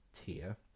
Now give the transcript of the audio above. tier